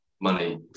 money